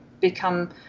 become